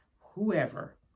whoever